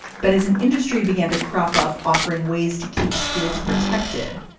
but as an industry began to crop up, offering ways to keep schools protected,